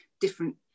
different